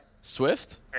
Swift